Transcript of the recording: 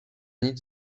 nic